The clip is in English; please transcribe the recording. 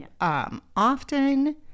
Often